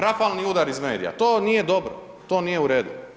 Rafalni udari iz medija, to nije dobro, to nije u redu.